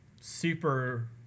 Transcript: super